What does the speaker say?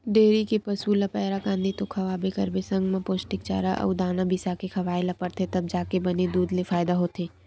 dairy के पसू ल पैरा, कांदी तो खवाबे करबे संग म पोस्टिक चारा अउ दाना बिसाके खवाए ल परथे तब जाके बने दूद ले फायदा होथे